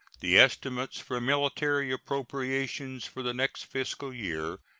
the estimates for military appropriations for the next fiscal year,